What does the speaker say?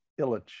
Illich